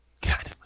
God